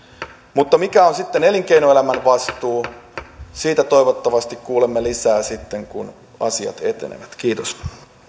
mutta mikä on sitten elinkeinoelämän vastuu siitä toivottavasti kuulemme lisää sitten kun asiat etenevät kiitos